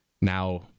now